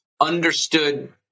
understood